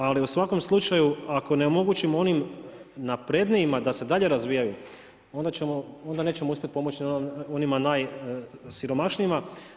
Ali u svakom slučaju ako ne omogućimo onim naprednijima da se dalje razvijaju, onda ćemo, onda nećemo uspjeti pomoć ni onima najsiromašnijima.